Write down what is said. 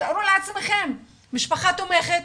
תתארו לעצמכם-משפחה תומכת,